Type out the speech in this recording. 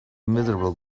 miserable